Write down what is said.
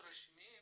רשמיים